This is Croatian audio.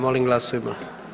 Molim glasujmo.